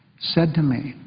said to me